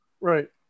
Right